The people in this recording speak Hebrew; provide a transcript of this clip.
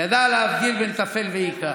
ידע להבדיל בין טפל לעיקר,